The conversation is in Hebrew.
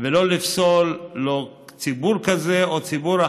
ולא לפסול לא ציבור כזה או ציבור אחר.